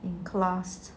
in class